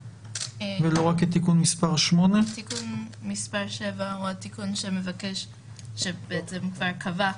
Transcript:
ולא רק את תיקון מס' 8. תיקון מס' 7 הוא התיקון שכבר קבע,